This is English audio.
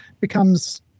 becomes